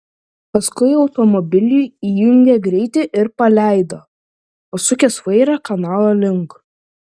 paskui automobiliui įjungė greitį ir paleido pasukęs vairą kanalo link